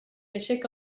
aixeca